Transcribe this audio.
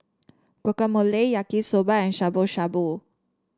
Guacamole Yaki Soba and Shabu Shabu